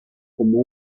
como